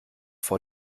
vor